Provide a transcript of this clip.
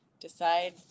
decide